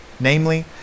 Namely